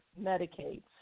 Medicaid